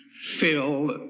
filled